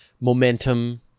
momentum